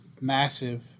massive